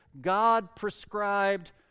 God-prescribed